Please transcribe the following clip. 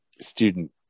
student